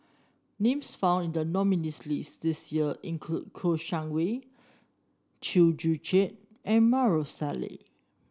names found in the nominees' list this year include Kouo Shang Wei Chew Joo Chiat and Maarof Salleh